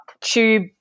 tube